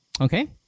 Okay